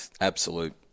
Absolute